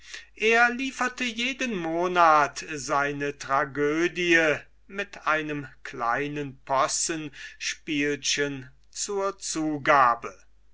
er lieferte jeden monat seine tragödie mit einem kleinen possenspielchen zur zugabe